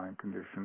condition